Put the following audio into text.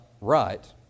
right